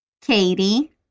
Katie